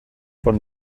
von